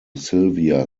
silvia